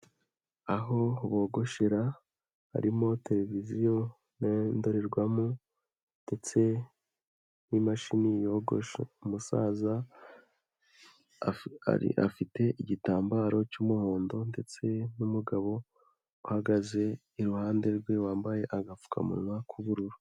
Aho bogoshera harimo televiziyo, indorerwamo ndetse n'imashini yogosha. Umusaza afite igitambaro cy'umuhondo ndetse n'umugabo uhagaze iruhande rwe wambaye agapfukamunwa k'ubururu.